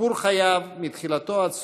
סיפור חייו, מתחילתו עד סופו,